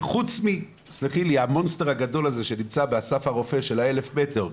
וחוץ מהמונסטר הגדול הזה שנמצא באסף הרופא של ה-1,000 מטר,